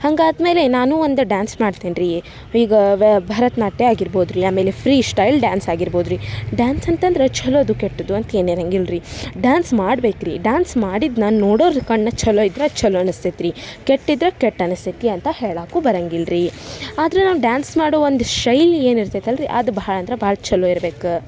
ಹಂಗಾದ ಮೇಲೆ ನಾನು ಒಂದು ಡ್ಯಾನ್ಸ್ ಮಾಡ್ತೀನಿ ರಿ ಈಗ ಭರತನಾಟ್ಯ ಆಗಿರ್ಬೋದು ರಿ ಆಮೇಲೆ ಫ್ರೀಶ್ಟೈಲ್ ಡ್ಯಾನ್ಸ್ ಆಗಿರ್ಬೋದು ರಿ ಡ್ಯಾನ್ಸ್ ಅಂತಂದ್ರೆ ಛಲೋದು ಕೆಟ್ಟದು ಅಂತೇನೂ ಇರಂಗಿಲ್ಲ ರಿ ಡ್ಯಾನ್ಸ್ ಮಾಡ್ಬೇಕು ರಿ ಡ್ಯಾನ್ಸ್ ಮಾಡಿದ್ದನ್ನ ನೋಡೋರ ಕಣ್ಣು ಛಲೊ ಇದ್ದರೆ ಛಲೊ ಅನ್ನಿಸ್ತೈತ್ರಿ ಕೆಟ್ಟಿದ್ದರೆ ಕೆಟ್ಟ ಅನಿಸ್ತೈತಿ ಅಂತ ಹೇಳಕ್ಕೂ ಬರಂಗಿಲ್ಲ ರಿ ಆದರೆ ನಾವು ಡ್ಯಾನ್ಸ್ ಮಾಡುವ ಒಂದು ಶೈಲಿ ಏನಿರ್ತೈತಲ್ಲ ರಿ ಅದು ಬಹಳ ಅಂದ್ರೆ ಭಾಳ ಛಲೊ ಇರ್ಬೇಕು